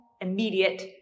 immediate